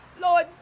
Lord